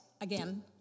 again